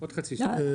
עוד חצי שנה.